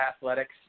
athletics